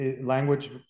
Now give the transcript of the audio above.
language